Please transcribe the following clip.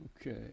Okay